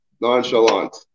Nonchalant